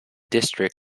district